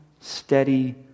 steady